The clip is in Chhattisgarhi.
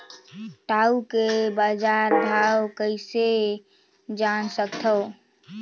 टाऊ के बजार भाव कइसे जान सकथव?